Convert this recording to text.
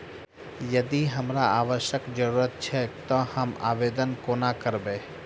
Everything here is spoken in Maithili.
यदि हमरा आवासक जरुरत छैक तऽ हम आवेदन कोना करबै?